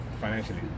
financially